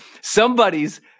Somebody's